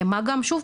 מה גם שוב,